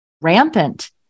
rampant